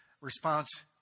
response